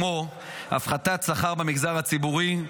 כמו הפחתת שכר במגזר הציבורי,